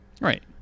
right